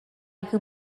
who